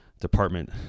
department